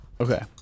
Okay